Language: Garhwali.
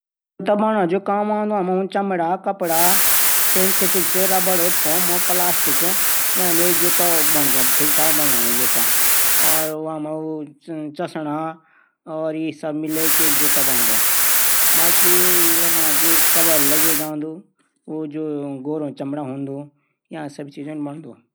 माछो थै फ्रीज मा रखणू वेकी गुणवत्ता सुरक्षा पर निर्भर करदू। ताजा माछो थै हम एक - दो दिनों तक फ्रीज मा रख सकदा। और जमी हुई माछों थै हम छ से नौ महिनो तक भी फ्रीज मा रख सकदा।